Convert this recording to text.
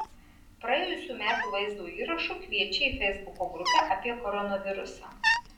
praėjusių metų vaizdo įrašu kviečia į feisbuko grupę apie koronavirusą